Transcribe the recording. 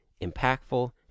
impactful